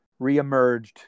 reemerged